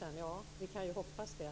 Ja, vi kan ju hoppas det.